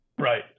Right